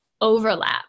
overlap